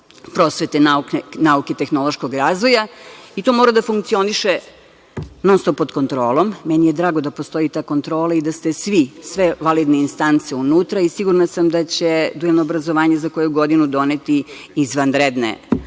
prosvete, nauke i tehnološkog razvoja i to mora da funkcioniše non-stop pod kontrolom. Meni je drago da postoji ta kontrola i da ste svi, sve validne instance unutra i sigurna sam da će dualno obrazovanje za koju godinu doneti izvanredne